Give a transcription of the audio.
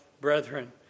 brethren